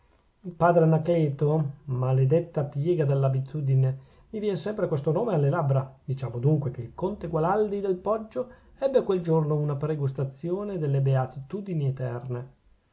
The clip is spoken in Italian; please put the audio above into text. il padre anacleto maledetta piega dell'abitudine mi vien sempre questo nome alle labbra diciamo dunque che il conte gualandi del poggio ebbe quel giorno una pregustazione delle beatitudini eterne